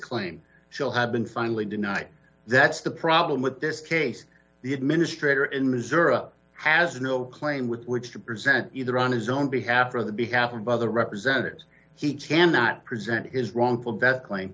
claim shall have been finally denied that's the problem with this case the administrator in missouri has no claim with which to present either on his own behalf or the behalf of other representatives he cannot present his wrongful death claim